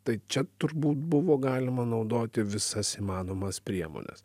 tai čia turbūt buvo galima naudoti visas įmanomas priemones